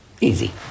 easy